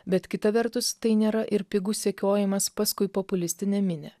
bet kita vertus tai nėra ir pigus sekiojimas paskui populistinę minią